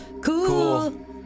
Cool